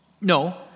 No